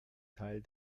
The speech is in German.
teil